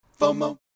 FOMO